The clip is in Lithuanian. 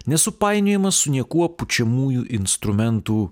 nesupainiojamas su niekuo pučiamųjų instrumentų